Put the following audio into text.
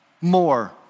More